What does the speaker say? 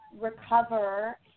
recover